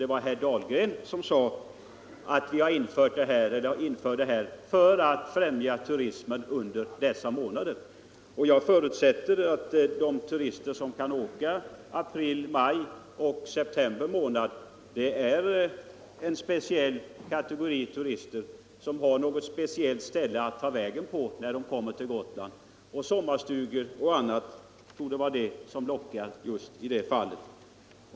Det var herr Dahlgren som sade att vi föreslår det här för att främja turismen under ytterligare tre månader. Jag förutsätter emellertid att de som kan åka i april, maj och september månader är en speciell kategori turister som har något särskilt ställe att vara på när de kommer till Gotland. Sommarstugor m.m. torde vara det som lockar i just det fallet.